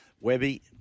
Webby